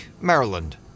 Maryland